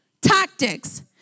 tactics